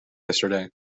yesterday